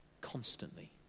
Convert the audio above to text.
constantly